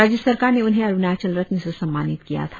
राज्य सरकार ने उन्हें अरुणाचल रत्न से सम्मानित किया था